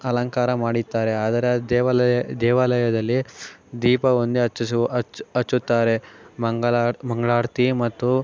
ಅಲಂಕಾರ ಮಾಡಿದ್ದಾರೆ ಅದರ ದೇವಾಲಯ ದೇವಾಲಯದಲ್ಲಿ ದೀಪ ಒಂದೇ ಹಚ್ಚಿಸು ಹಚ್ಚುತ್ತಾರೆ ಮಂಗಳಾರತಿ ಮತ್ತು